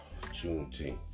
Juneteenth